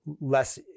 less